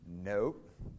Nope